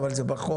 אבל זה בחוק,